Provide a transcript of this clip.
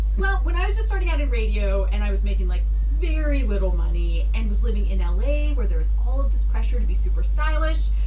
well, when i was just starting out in radio and i was making, like, very little money and was living in ah la, where there was all of this pressure to be super stylish,